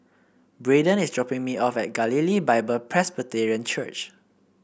Braedon is dropping me off at Galilee Bible Presbyterian Church